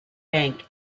bank